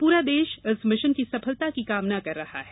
पूरा देश इस मिशन की सफलता की कामना कर रहा है